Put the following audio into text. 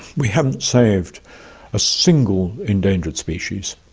we haven't saved a single endangered species.